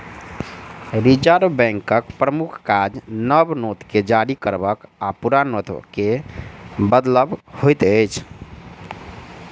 reserve बैंकक प्रमुख काज नव नोट के जारी करब आ पुरान नोटके बदलब होइत अछि